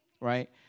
right